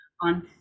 on